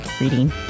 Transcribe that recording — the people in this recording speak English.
reading